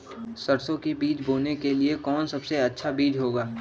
सरसो के बीज बोने के लिए कौन सबसे अच्छा बीज होगा?